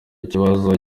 ikibazo